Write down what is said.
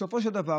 בסופו של דבר,